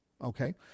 okay